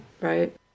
Right